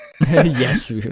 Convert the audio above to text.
yes